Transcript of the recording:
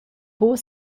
buca